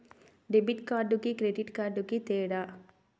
Debit కార్డుకి credit కార్డుకి తేడా?